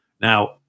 Now